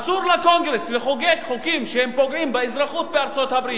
אסור לקונגרס לחוקק חוקים שפוגעים באזרחות בארצות-הברית,